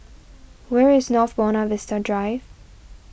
where is North Buona Vista Drive